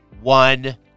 one